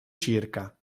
circa